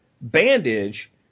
bandage